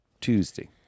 Tuesday